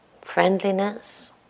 friendliness